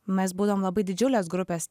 mes būdavom labai didžiulės grupės